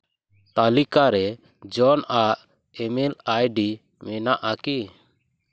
ᱛᱟᱞᱤᱠᱟ ᱨᱮ ᱡᱚᱱ ᱟᱜ ᱤᱢᱮᱞ ᱟᱭᱰᱤ ᱢᱮᱱᱟᱜᱼᱟ ᱠᱤ